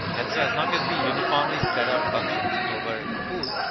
and so as long as we uniformly spread out functions over the pool,